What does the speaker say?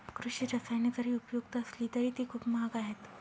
कृषी रसायने जरी उपयुक्त असली तरी ती खूप महाग आहेत